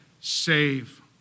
save